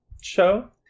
show